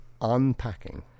unpacking